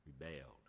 rebelled